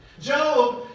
Job